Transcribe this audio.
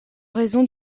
raison